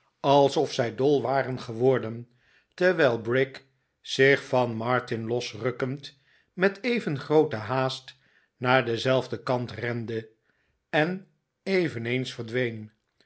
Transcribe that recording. alsof zij dol waren geworden terwijl brick zich van martin losrukkend met even groote haast naar denzelfden kant rende en eveneens verdween